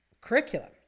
curriculum